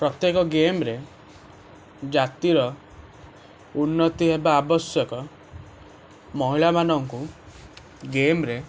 ପ୍ରତ୍ୟେକ ଗେମ୍ରେ ଜାତିର ଉନ୍ନତି ହେବା ଆବଶ୍ୟକ ମହିଳାମାନଙ୍କୁ ଗେମ୍ରେ